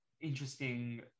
interesting